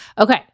Okay